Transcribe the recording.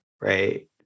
right